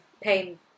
pain